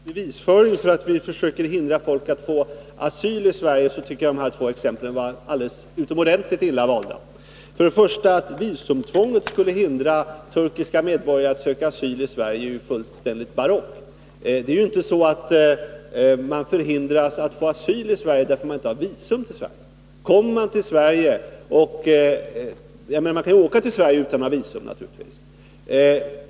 Fru talman! Som något slags bevis för att vi försöker hindra folk att få asyli Sverige tycker jag att de här två exemplen var utomordentligt illa valda. Att visumtvånget skulle hindra turkiska medborgare att söka asyl i Sverige är fullständigt barockt. Man hindras inte att få asyl i Sverige för att man inte har visum. Man kan åka till Sverige utan att ha visum.